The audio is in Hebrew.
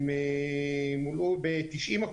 הן מולאו ב-90%.